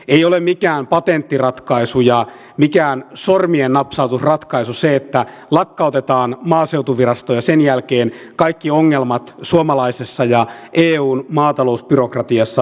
ei ole mikään patenttiratkaisuja mikään sormiennapsautusratkaisu se että lakkautetaan maaseutuvirasto ja sen jälkeen kaikki ongelmat suomalaisessa ja eun maatalousbyrokratiassa